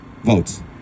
votes